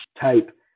type